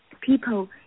people